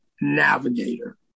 navigator